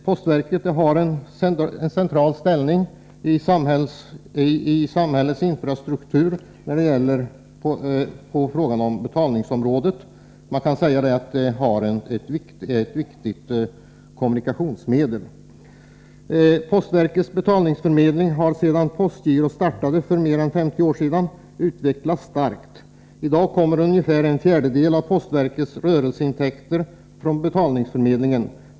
Postverket har en central ställning i samhällets infrastruktur på betalnings området. Man kan säga att det är ett viktigt kommunikationsmedel. Postverkets betalningsförmedling har sedan postgirot startades för mer än 50 år sedan utvecklats starkt. I dag kommer ungefär en fjärdedel av postverkets rörelseintäkter från betalningsförmedlingen.